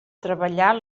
treballar